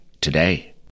Today